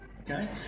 Okay